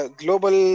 global